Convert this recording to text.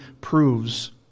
proves